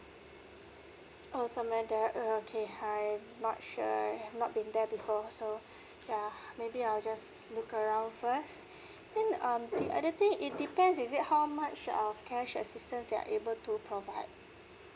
oh somewhere there okay I'm not sure I've not been there before yeah maybe I will just look around first then um the other thing it depends is it how much of cash assistant they are able to provide